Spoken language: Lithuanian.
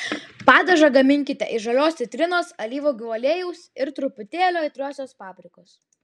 padažą gaminkite iš žalios citrinos alyvuogių aliejaus ir truputėlio aitrios paprikos